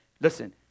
listen